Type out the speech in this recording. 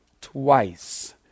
twice